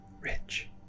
Rich